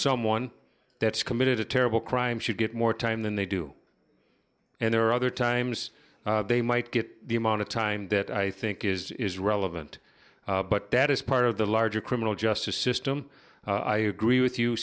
someone that's committed a terrible crime should get more time than they do and there are other times they might get the amount of time that i think is relevant but that is part of the larger criminal justice system i agree with you